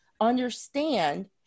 understand